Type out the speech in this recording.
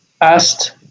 asked